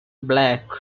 black